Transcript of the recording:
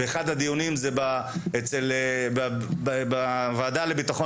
ואחד הדיונים זה אצל הוועדה לביטחון